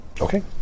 Okay